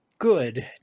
Good